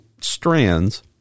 strands